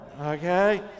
Okay